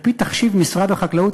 על-פי תחשיב משרד החקלאות,